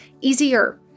easier